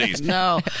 No